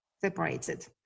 separated